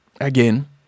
again